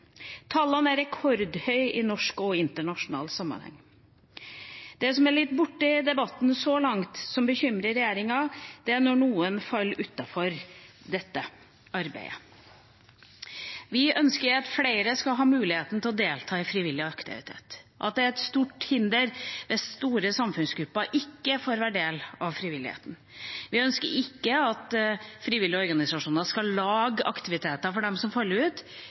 i norsk og internasjonal sammenheng. Det som har vært litt borte i debatten så langt, og som bekymrer regjeringa, er at noen faller utenfor dette arbeidet. Vi ønsker at flere skal ha muligheten til å delta i frivillig aktivitet, og mener at det er et stort hinder hvis store samfunnsgrupper ikke får være en del av frivilligheten. Vi ønsker ikke at frivillige organisasjoner skal lage aktiviteter for dem som faller ut,